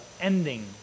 ending